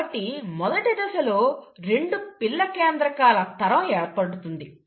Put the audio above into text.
కాబట్టి మొదటిదశలో రెండు పిల్ల కేంద్రకాల తరం ఏర్పడుతుంది